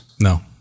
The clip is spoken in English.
No